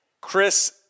Chris